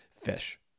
fish